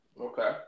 Okay